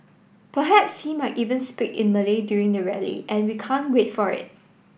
perhaps he might even speak in Malay during the rally and we can't wait for it